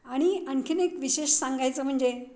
आणि आणखीन एक विशेष सांगायचं म्हणजे